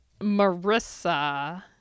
Marissa